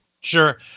Sure